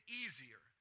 easier